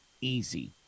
easy